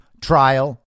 trial